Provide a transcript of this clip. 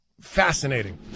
Fascinating